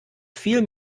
viel